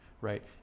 right